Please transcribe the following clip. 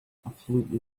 absolutely